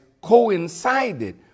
coincided